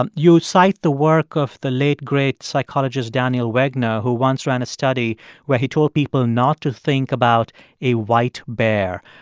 um you cite the work of the late great psychologist daniel wegner who once ran a study where he told people not to think about a white bear.